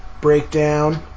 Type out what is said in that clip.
breakdown